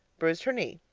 bruised her knee.